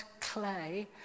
clay